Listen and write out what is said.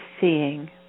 seeing